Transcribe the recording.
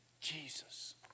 Jesus